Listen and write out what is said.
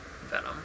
Venom